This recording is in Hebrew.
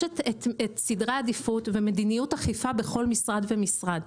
יש את סדרי העדיפות ומדיניות אכיפה בכל משרד ומשרד.